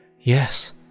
Yes